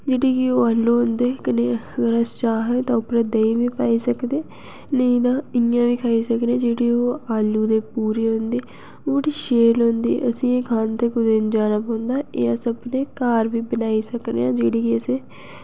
जेह्ड़े कि ओह् आलू होंदे कनेह् अगर अस चाहें ते उप्परा देहीं बी पाई सकदे नेईं तां इयां बी खाई सकने जेह्ड़ी ओह् आलू ते पूरी होंदे ओह् बड़ी शैल होंदी अस एह् खान ते कुतै नि जाना पोंदा एह् अस अपने घर बी बनाई सकने आं जेह्ड़ी कि असें